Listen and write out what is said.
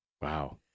Wow